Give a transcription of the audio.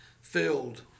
filled